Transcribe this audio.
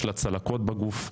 יש לה צלקות בגוף.